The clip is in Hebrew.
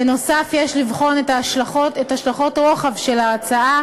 בנוסף, יש לבחון את השלכות הרוחב של ההצעה,